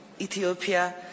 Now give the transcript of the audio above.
Ethiopia